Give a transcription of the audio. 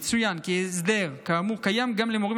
יצוין כי הסדר כאמור קיים גם לגבי מורים